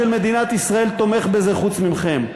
כל תושב של מדינת ישראל תומך בזה חוץ מכם.